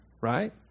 right